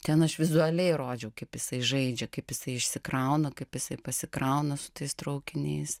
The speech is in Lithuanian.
ten aš vizualiai rodžiau kaip jisai žaidžia kaip jisai išsikrauna kaip jisai pasikrauna su tais traukiniais